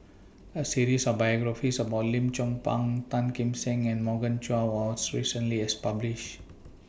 A series of biographies about Lim Chong Pang Tan Kim Seng and Morgan Chua was recently published